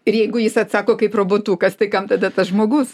ir jeigu jis atsako kaip robotukas tai kam tada tas žmogus